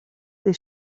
tes